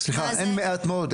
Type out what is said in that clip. אין מעט מאוד.